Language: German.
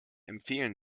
empfehlen